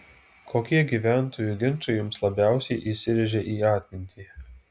kokie gyventojų ginčai jums labiausiai įsirėžė į atmintį